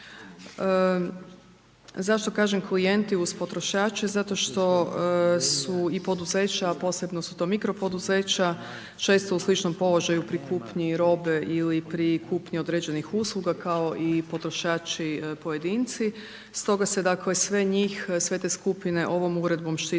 Zašto kažem klijenti uz potrošače? Zato što su i poduzeća, a posebno su to mikro poduzeća, često u sličnom položaju pri kupnji robe ili pri kupnji određenih usluga, kao i potrošači pojedinci. Stoga se dakle, sve njih, sve te skupine ovom Uredbom štiti